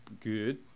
good